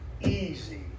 easy